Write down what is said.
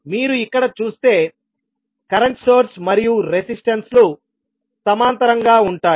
మీరు ఇక్కడ చూస్తే కరెంట్ సోర్స్ మరియు రెసిస్టన్స్స్ లు సమాంతరంగా ఉంటాయి